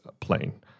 plane